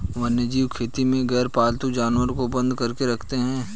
वन्यजीव खेती में गैरपालतू जानवर को बंद करके रखते हैं